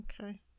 okay